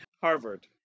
Harvard